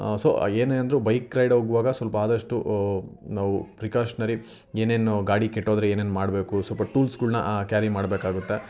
so ಏನೇ ಅಂದರೂ bike ride ಹೋಗುವಾಗ ಸ್ವಲ್ಪ ಆದಷ್ಟು ನಾವು ಪ್ರಿಕಾಷ್ನರಿ ಏನೇನು ಗಾಡಿ ಕೆಟ್ಟೋದರೆ ಏನೇನು ಮಾಡಬೇಕು ಸ್ವಲ್ಪ ಟೂಲ್ಸ್ಗಳ್ನ ಕ್ಯಾರಿ ಮಾಡಬೇಕಾಗುತ್ತೆ